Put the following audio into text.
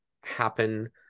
happen